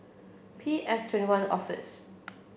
P S Twenty one Office